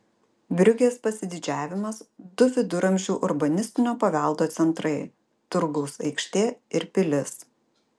briugės pasididžiavimas du viduramžių urbanistinio paveldo centrai turgaus aikštė ir pilis